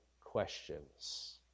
questions